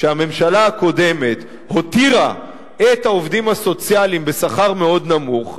כשהממשלה הקודמת הותירה את העובדים הסוציאליים בשכר מאוד נמוך,